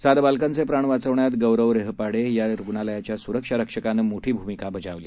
सात बालकांचे प्राण वाचवण्यात गौरव रेहपाडे या रुग्णालयाच्या स्रक्षारक्षकानं मोठी भूमिका बजावली